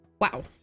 Wow